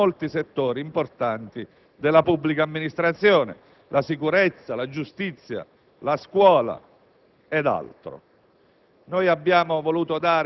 delle difficoltà di molti settori importanti della pubblica amministrazione (la sicurezza, la giustizia, la scuola ed altro).